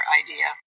idea